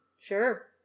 sure